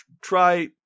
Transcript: try